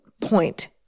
point